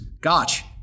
Gotch